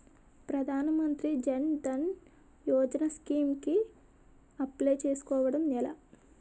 ప్రధాన మంత్రి జన్ ధన్ యోజన స్కీమ్స్ కి అప్లయ్ చేసుకోవడం ఎలా?